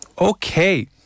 Okay